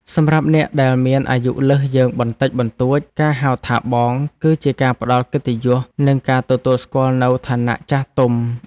សម្រាប់អ្នកដែលមានអាយុលើសយើងបន្តិចបន្តួចការហៅថាបងគឺជាការផ្ដល់កិត្តិយសនិងការទទួលស្គាល់នូវឋានៈចាស់ទុំ។